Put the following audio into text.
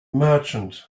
merchant